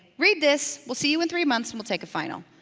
read this, we'll see you in three months and we'll take a final.